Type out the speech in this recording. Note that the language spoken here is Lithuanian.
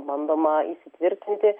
bandoma įsitvirtinti